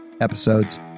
episodes